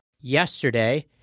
yesterday